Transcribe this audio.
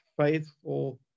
faithful